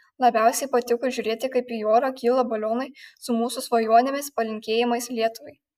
labiausiai patiko žiūrėti kaip į orą kyla balionai su mūsų svajonėmis palinkėjimais lietuvai